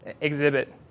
exhibit